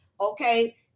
okay